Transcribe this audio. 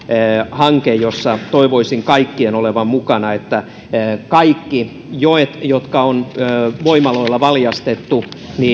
hanke jossa toivoisin kaikkien olevan mukana että kaikki joet jotka on voimaloilla valjastettu